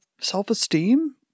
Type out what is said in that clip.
self-esteem